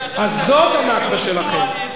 זאת הנכבה שלכם.